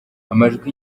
amajwi